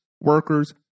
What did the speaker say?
workers